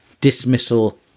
dismissal